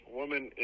woman